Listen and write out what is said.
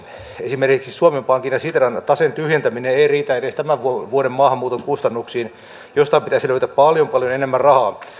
esimerkiksi suomen pankin ja sitran taseen tyhjentäminen ei riitä edes tämän vuoden vuoden maahanmuuton kustannuksiin jostain pitäisi löytää paljon paljon enemmän rahaa